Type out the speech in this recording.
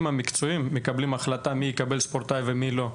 המקצועיים קובעים מי יקבל מעמד ספורטאי ומי לא.